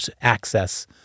access